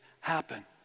happen